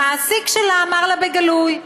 המעסיק שלה אמר לה בגלוי: